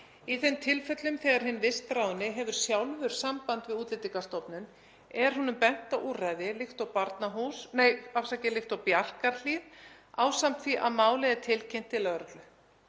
Í þeim tilfellum þegar hinn vistráðni hefur sjálfur samband við Útlendingastofnun er honum bent á úrræði líkt og Bjarkarhlíð ásamt því að málið er tilkynnt til lögreglu.